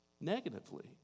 negatively